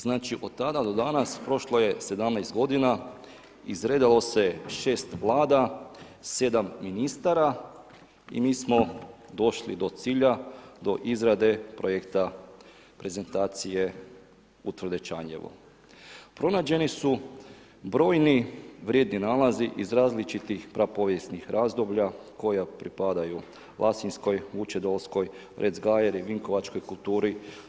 Znači, od tada do danas prošlo je 17 godina, izredalo se 6 Vlada, 7 ministara i mi smo došli do cilja, do izrade projekta prezentacije ... Pronađeni su brojni vrijedni nalazi iz različitih prapovijesnih razdoblja koja pripadaju lasinjskoj, vučedolskoj, ... i vinkovačkoj kulturi.